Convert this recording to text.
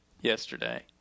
yesterday